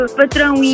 patrão